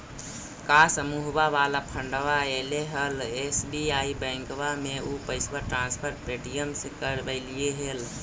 का समुहवा वाला फंडवा ऐले हल एस.बी.आई बैंकवा मे ऊ पैसवा ट्रांसफर पे.टी.एम से करवैलीऐ हल?